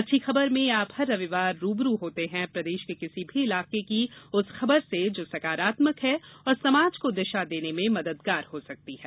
अच्छी खबरमें आप हर रविवार रूबरू होते हैं प्रदेश के किसी भी इलाके की उस खबर से जो सकारात्मक है और समाज को दिशा देने में मददगार हो सकती है